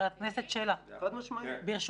חבר הכנסת שלח, ברשותך.